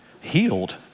healed